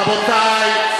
רבותי,